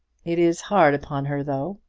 it is hard upon her, though.